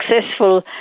successful